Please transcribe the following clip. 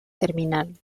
terminal